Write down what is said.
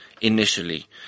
initially